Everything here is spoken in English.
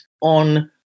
on